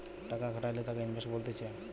টাকা খাটাইলে তাকে ইনভেস্টমেন্ট বলতিছে